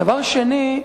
דבר שני,